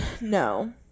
No